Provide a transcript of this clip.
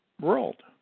world